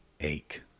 ache